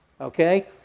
Okay